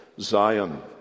Zion